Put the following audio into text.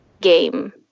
game